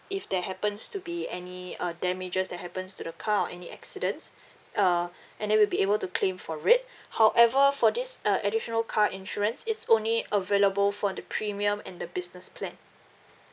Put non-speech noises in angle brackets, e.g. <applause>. if there happens to be any uh damages that happens to the car or any accidents <breath> uh <breath> and then you'll be able to claim for it <breath> however for this uh additional car insurance it's only available for the premium and the business plan